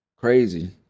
Crazy